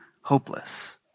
hopeless